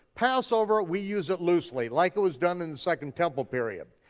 passover, we use it loosely like it was done in the second temple period.